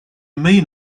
mean